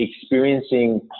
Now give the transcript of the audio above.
Experiencing